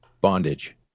bondage